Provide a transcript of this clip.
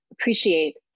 appreciate